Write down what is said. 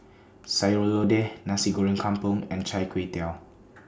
Sayur Lodeh Nasi Goreng Kampung and Chai Tow Kway